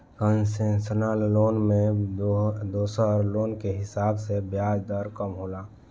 concessional loan में दोसर loan के हिसाब से ब्याज दर कम होला